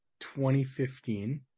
2015